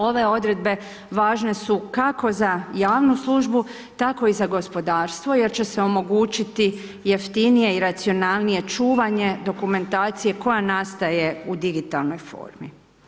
Ove odredbe važne su kako za javnu službu tako i za gospodarstvo jer će se omogućiti jeftinije i racionalnije čuvanje dokumentacije koja nastaje u digitalnoj formi.